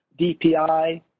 DPI